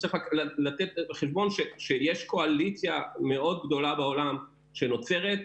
צריך לקחת בחשבון שיש קואליציה מאוד גדולה בעולם שנוצרת,